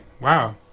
Wow